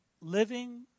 living